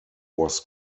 was